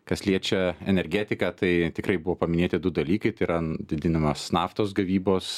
kas liečia energetiką tai tikrai buvo paminėti du dalykai tai yra didinamas naftos gavybos